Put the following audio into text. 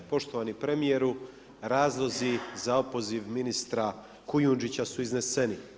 Poštovani premjeri, razlozi za opoziv ministra Kujundžića su izneseni.